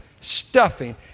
stuffing